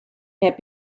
had